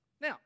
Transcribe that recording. now